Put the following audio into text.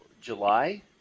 July